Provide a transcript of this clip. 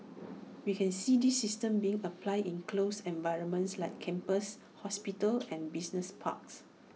we can see these systems being applied in closed environments like campuses hospitals and business parks